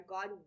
God